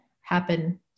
happen